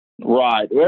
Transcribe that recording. Right